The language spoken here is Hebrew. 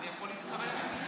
אז אני יכול להצטרף ובעצם,